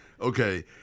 Okay